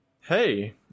hey